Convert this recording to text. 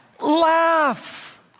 Laugh